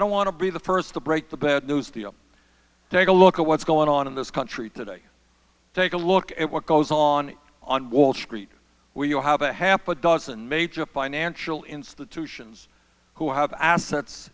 don't want to be the first to break the bad news take a look at what's going on in this country today take a look at what goes on on wall street where you have a half a dozen major financial institutions who have assets